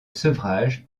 sevrage